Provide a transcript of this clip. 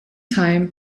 time